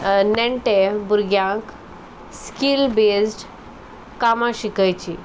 नेण्टे भुरग्यांक skill based कामां शिकयचीं